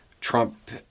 Trump